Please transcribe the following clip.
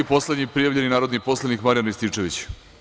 Poslednji prijavljeni narodni poslanik Marijan Rističević.